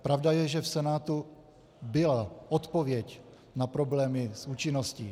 Pravda je, že v Senátu byla odpověď na problémy s účinností.